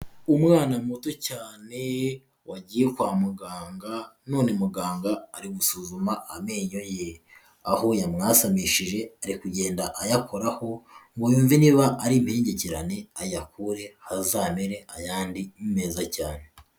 Umwana muto cyane wagiye kwa muganga none muganga ari gusuzuma amenyo ye, aho yamwasamishije ari kugenda ayakoraho ngo yumve niba ari impengekerane ayakure hazamere ayandi meza cyane.